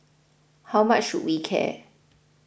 how much should we care